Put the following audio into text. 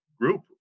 Group